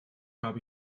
habe